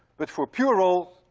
but for pure roll,